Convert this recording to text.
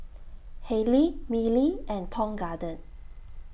Haylee Mili and Tong Garden